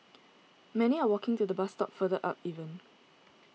many are walking to the bus stop further up even